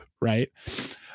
Right